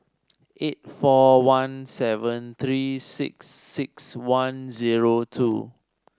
eight four one seven three six six one zero two